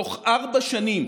בתוך ארבע שנים,